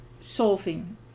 solving